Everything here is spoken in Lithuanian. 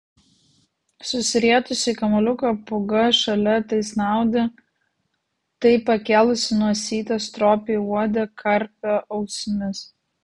susirietusi į kamuoliuką pūga šalia tai snaudė tai pakėlusi nosytę stropiai uodė karpė ausimis